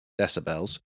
decibels